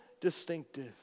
distinctive